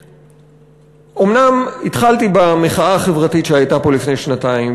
שאומנם התחלתי במחאה החברתית שהייתה פה לפני שנתיים,